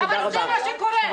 אבל זה מה שקורה.